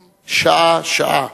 שעה-שעה.